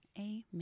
Amen